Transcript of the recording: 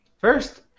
first